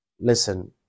Listen